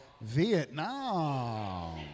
Vietnam